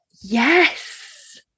Yes